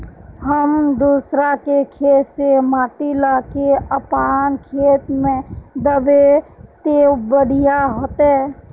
हम दूसरा के खेत से माटी ला के अपन खेत में दबे ते बढ़िया होते?